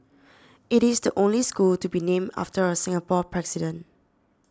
it is the only school to be named after a Singapore president